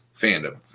fandom